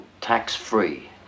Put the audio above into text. tax-free